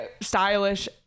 stylish